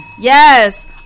Yes